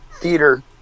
theater